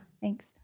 Thanks